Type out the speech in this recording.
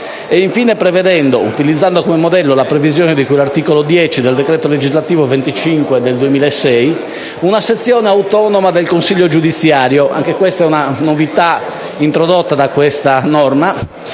- utilizzando come modello la previsione di cui all'articolo 10 del decreto legislativo n. 25 del 2006 - una sezione autonoma del consiglio giudiziario - novità introdotta da questa norma